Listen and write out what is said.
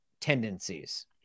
tendencies